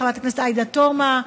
חברת הכנסת עאידה תומא,